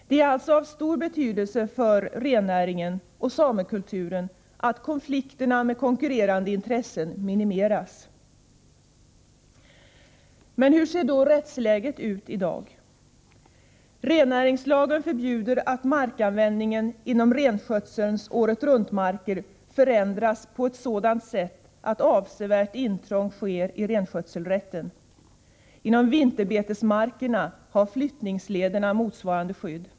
Det är alltså av stor betydelse för rennäringen och samekulturen att konflikterna med konkurrerande intressen minimeras. Hur ser då rättsläget ut i dag? Rennäringslagen förbjuder att markanvändningen inom renskötselns åretruntmarker förändras på ett sådant sätt att avsevärt intrång sker i renskötselrätten. Inom vinterbetesmarkerna har endast flyttningslederna fått motsvarande skydd.